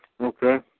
Okay